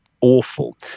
awful